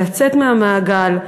לצאת מהמעגל,